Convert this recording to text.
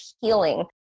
healing